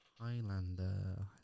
Highlander